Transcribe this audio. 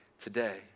today